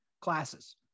classes